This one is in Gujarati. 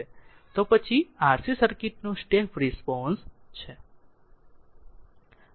તો પછી RC સર્કિટનો સ્ટેપ રિસ્પોન્સ છે